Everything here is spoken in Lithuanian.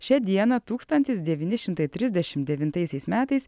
šią dieną tūkstantis devyni šimtai trisdešim devintaisiais metais